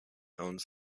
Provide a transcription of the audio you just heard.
owns